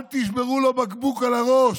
אל תשברו לו בקבוק על הראש.